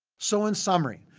so in summary,